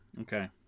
Okay